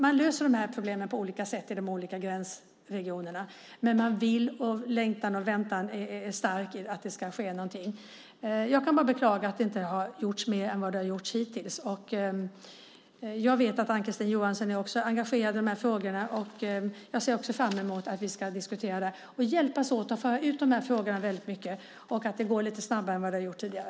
Man löser problemen på olika sätt i de olika gränsregionerna, men man vill, längtar och väntar på att det ska ske något. Jag kan bara beklaga att det inte har gjorts mer än det har hittills. Jag vet att Ann-Kristine Johansson också är engagerad i frågorna, och jag ser fram emot att diskutera det och att vi hjälps åt att föra ut frågorna så att det går lite snabbare än vad det har gjort tidigare.